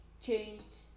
changed